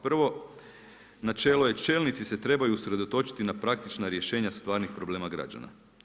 Prvo načelo je, „Čelnici se trebaju usredotočiti na praktična rješenja stvarnih problema građana“